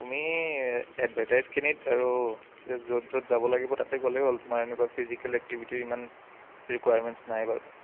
তুমি এডভাৰটাইজ কিনিত আৰু যে য'ত য'ত যাব লাগিব তাতে গ'লেই হ'ল তোমাৰ এনেকুৱা ফিজিকেল এক্টিভিটিৰ ইমান ৰিকুৱাৰমেণ্টছ নাই বাৰু